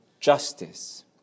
justice